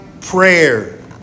prayer